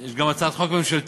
יש גם הצעת חוק ממשלתית,